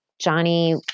Johnny